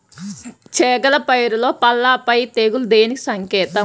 చేగల పైరులో పల్లాపై తెగులు దేనికి సంకేతం?